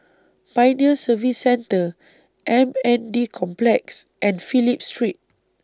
Pioneer Service Centre M N D Complex and Phillip Street